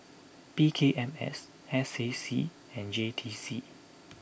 P K M S S A C and J T C